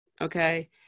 Okay